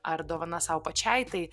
ar dovana sau pačiai tai